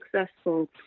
successful